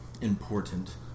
important